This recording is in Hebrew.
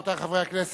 רבותי חברי הכנסת,